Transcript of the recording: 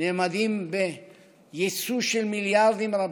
נאמדים ביצוא של מיליארדים רבים,